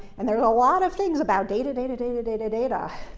and there's a lot of things about data, data, data, data, data.